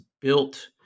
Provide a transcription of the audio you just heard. built